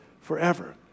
forever